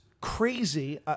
crazy